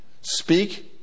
Speak